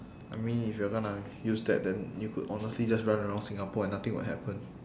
I mean if you are gonna use that then you could honestly just run around singapore and nothing would happen